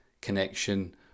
connection